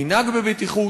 ינהג בבטיחות,